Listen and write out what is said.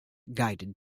guided